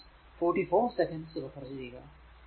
അതിനാൽ ഈ 2